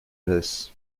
this